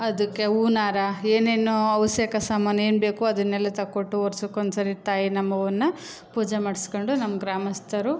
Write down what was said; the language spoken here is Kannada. ಅದಕ್ಕೆ ಹೂವಿನಾರ ಏನೇನು ಅವಶ್ಯಕ ಸಾಮಾನು ಏನು ಬೇಕೋ ಅದನ್ನೆಲ್ಲ ತಕ್ಕೊಟ್ಟು ವರ್ಷಕ್ಕೊಂದ್ಸರಿ ತಾಯಿ ನಮ್ಮವ್ವನ್ನ ಪೂಜೆ ಮಾಡ್ಸ್ಕೊಂಡು ನಮ್ಮ ಗ್ರಾಮಸ್ಥರು